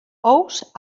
ous